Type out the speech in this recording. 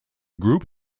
group